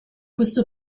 questo